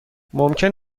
ممکن